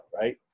right